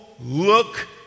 look